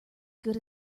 good